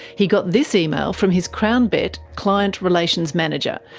he got this email from his crownbet client relations manager,